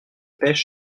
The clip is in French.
pêche